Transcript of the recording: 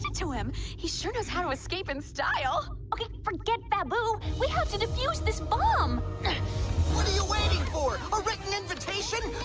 ah to him. he sure knows how to escape in style, okay forget bamboo. we have to defuse this bomb what are you waiting for a written invitation?